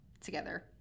together